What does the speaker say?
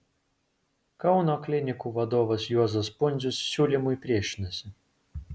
kauno klinikų vadovas juozas pundzius siūlymui priešinasi